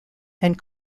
and